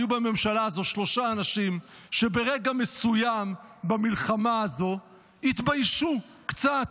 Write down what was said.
היו בממשלה הזו שלושה אנשים שברגע מסוים במלחמה הזאת התביישו קצת: